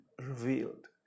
revealed